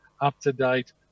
up-to-date